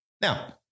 Now